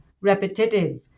repetitive